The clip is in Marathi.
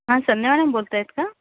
हा संध्या मॅडम बोलत आहेत का